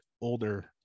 older